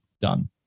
done